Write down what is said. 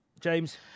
James